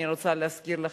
אני רוצה להזכיר לכם.